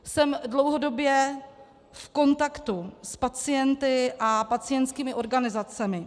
Jsem dlouhodobě v kontaktu s pacienty a pacientskými organizacemi.